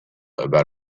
about